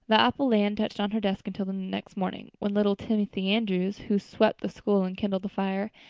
the apple lay untouched on her desk until the next morning, when little timothy andrews, who swept the school and kindled the fire,